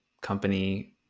company